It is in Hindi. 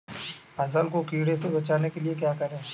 फसल को कीड़ों से बचाने के लिए क्या करें?